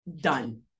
done